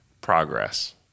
progress